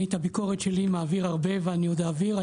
את הביקורת שלי אני מעביר הרבה ואני עוד אעביר,